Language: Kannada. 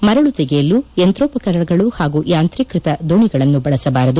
ಮರಳು ತೆಗೆಯಲು ಯಂತ್ರೋಪಕರಣಗಳು ಹಾಗೂ ಯಾಂತ್ರೀಕೃತ ದೋಣಿಗಳನ್ನು ಬಳಸಬಾರದು